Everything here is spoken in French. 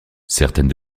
certaines